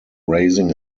raising